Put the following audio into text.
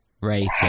rating